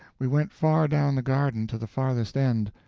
we went far down the garden to the farthest end,